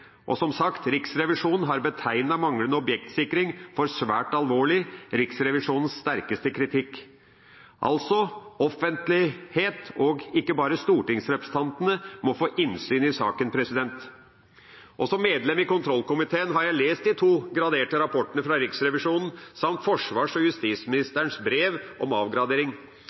avgradering. Som sagt: Riksrevisjonen har betegnet manglende objektsikring som svært alvorlig – Riksrevisjonens sterkeste kritikk. Altså: Offentligheten, og ikke bare stortingsrepresentantene, må få innsyn i saken. Som medlem av kontrollkomiteen har jeg lest de to graderte rapportene fra Riksrevisjonen samt forsvars- og justisministerens brev om avgradering.